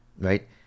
right